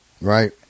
right